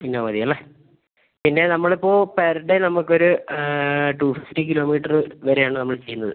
Innova മതി അല്ലേ പിന്നെ നമ്മൾ ഇപ്പോൾ പെർ ഡേ നമുക്കൊരു ടു ഫിഫ്റ്റി കിലോമീറ്റർ വരെയാണ് നമ്മൾ ചെയ്യുന്നത്